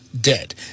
dead